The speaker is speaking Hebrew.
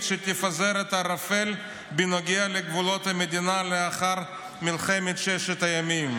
שתפזר את הערפל בנוגע לגבולות המדינה לאחר מלחמת ששת הימים.